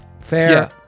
Fair